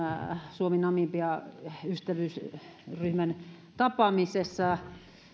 suomi namibia ystävyysryhmän tapaamisessa